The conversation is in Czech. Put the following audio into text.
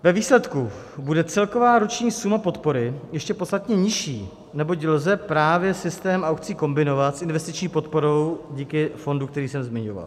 Ve výsledku bude celková roční suma podpory ještě podstatně nižší, neboť lze právě systém aukcí kombinovat s investiční podporou díky fondu, který jsem zmiňoval.